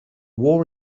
war